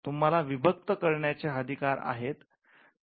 तुम्हाला विभक्त करण्याचे अधिकार आहेत